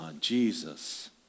Jesus